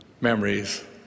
Memories